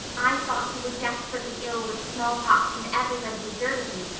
i thought you were desperately ill with smallpox and everybody deserted you,